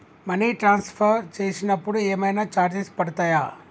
Money transfer చేసినప్పుడు ఏమైనా charges పడతయా?